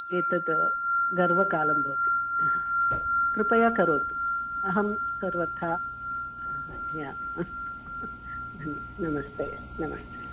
एतत् गर्वकालं भवति कृपया करोतु अहं सर्वथा अस्तु नमस्ते नमस्ते